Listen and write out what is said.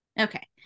Okay